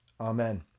Amen